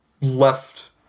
left